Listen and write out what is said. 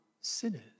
sinners